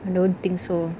I don't think so